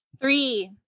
Three